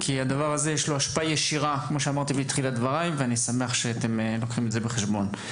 לדבר הזה יש השפעה ישירה ואני שמח שאתם לוקחים את זה בחשבון.